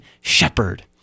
shepherd